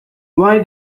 why